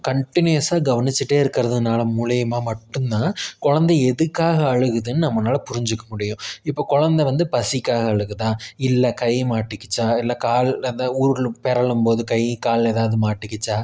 கண்டினியூஸ்ஸாக கவனிச்சுகிட்டே இருக்கிறதுனால மூலயமா மட்டும் தான் குலந்தை எதுக்காக அழுகுதுன்னு நம்மனால் புரிஞ்சுக்க முடியும் இப்போ குலந்த வந்து பசிக்காக அழுகுதா இல்லை கை மாட்டிக்கிச்சா இல்லை கால் அந்த உருளும் பிரளும் போது கை கால் ஏதாவது மாட்டிக்கிச்சா